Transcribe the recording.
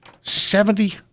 Seventy